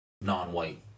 non-white